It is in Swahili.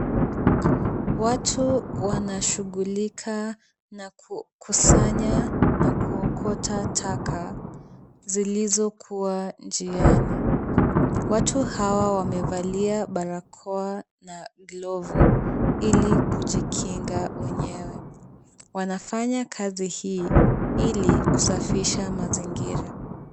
Watu wanashughulika na kukusanya na kuokota taka zilizokuwa njiani. Watu hawa wamevalia barakoa na glovu ili kujikinga wenyewe. Wanafanya kazi hii ili kusafisha mazingira.